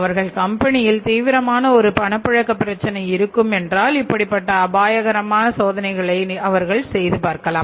அவர்கள் கம்பெனியில் தீவிரமான ஒரு பணப்புழக்க பிரச்சனை இருக்கும் என்றால் இப்படிப்பட்ட அபாயகரமான சோதனைகளை அவர்கள் செய்து பார்க்கலாம்